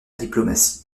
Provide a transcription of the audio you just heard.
diplomatique